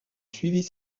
suivit